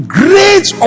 great